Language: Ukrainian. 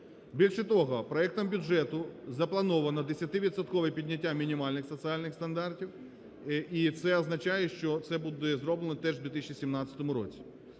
Більше того, проектом бюджету заплановано 10-відсоткове підняття мінімальних соціальних стандартів і це означає, що це буде зроблено теж в 2017 році.